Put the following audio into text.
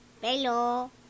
Hello